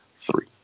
three